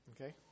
Okay